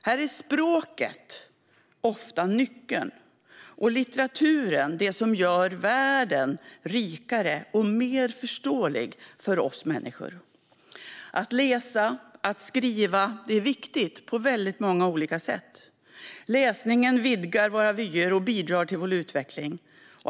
Här är språket ofta nyckeln och litteraturen det som gör världen rikare och mer förståelig för oss människor. Att läsa och skriva är viktigt på många olika sätt. Läsningen vidgar våra vyer och bidrar till vår utveckling.